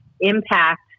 impact